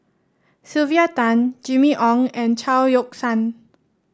Sylvia Tan Jimmy Ong and Chao Yoke San